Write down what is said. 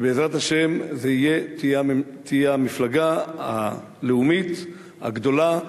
ובעזרת השם זו תהיה המפלגה הלאומית הגדולה,